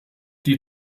die